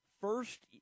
first